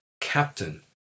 Captain